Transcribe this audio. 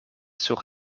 sur